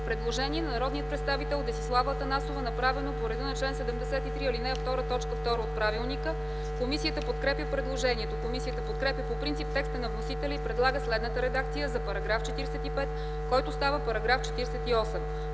Предложение на народния представител Даниела Дариткова, направено по реда на чл. 73, ал. 2, т. 2 от правилника. Комисията подкрепя предложението. Комисията подкрепя по принцип текста на вносителя и предлага следната редакция за § 110, който става § 117: „§